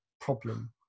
problem